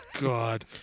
God